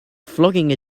flogging